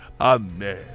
Amen